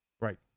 Right